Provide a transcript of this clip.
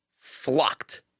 flocked